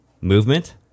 movement